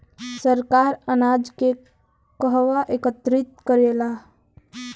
सरकार अनाज के कहवा एकत्रित करेला?